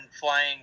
Flying